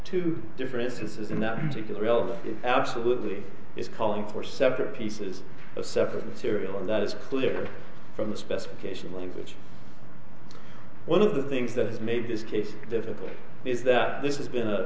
two differences in that particular relevance it absolutely is calling for separate pieces of separate material and that is clear from the specification language one of the things that has made this case difficult is that this has been